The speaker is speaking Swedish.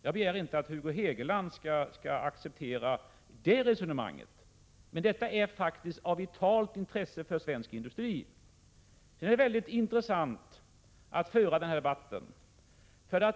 Jag begär inte att Hugo Hegeland skall acceptera det resonemanget, men detta är faktiskt av vitalt intresse för svensk industri. Det är intressant att föra den här debatten.